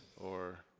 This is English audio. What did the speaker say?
or?